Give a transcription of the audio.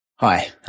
Hi